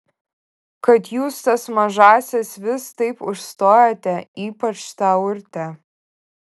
kad jūs tas mažąsias vis taip užstojate ypač tą urtę